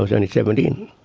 but only seventeen.